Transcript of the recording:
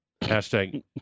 Hashtag